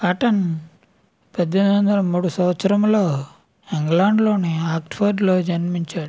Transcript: cotton పద్దెనిమిది వందల మూడు సంవత్సరములో ఇంగ్లాండ్లోని ఆక్స్ఫర్డ్లో జన్మించాడు